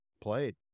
played